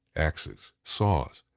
axes, saws,